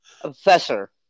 Professor